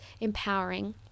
empowering